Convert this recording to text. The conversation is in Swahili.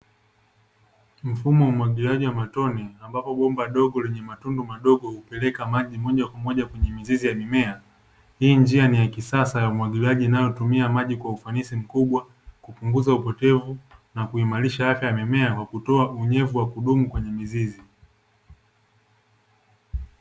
Mfumo wa umwagiliaji wa matone, ambapo bomba dogo lenye matundu madogo hupeleka maji moja kwa moja kwenye mizizi ya mimea. Hii njia ni ya kisasa ya umwagiliaji, inayotumia maji kwa ufanisi mkubwa, kupunguza upotevu na kuimarisha afya ya mimea, kwa kutoa unyevu wa kudumu kwenye mizizi.